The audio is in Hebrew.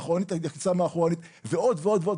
ועוד ועוד.